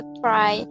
try